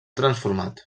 transformat